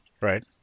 right